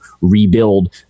rebuild